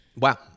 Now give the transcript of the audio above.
Wow